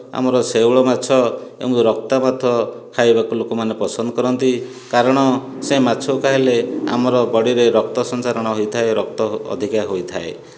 ଆମର ଶେଉଳ ମାଛ ଏବଂ ରକ୍ତା ଭାତ ଖାଇବାକୁ ଲୋକମାନେ ପସନ୍ଦ କରନ୍ତି କାରଣ ସେ ମାଛକୁ ଖାଇଲେ ଆମର ବଡ଼ିରେ ରକ୍ତ ସଞ୍ଚାରଣ ହୋଇଥାଏ ରକ୍ତ ଅଧିକା ହୋଇଥାଏ